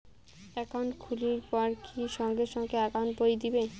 Account খুলির পর কি সঙ্গে সঙ্গে একাউন্ট বই দিবে?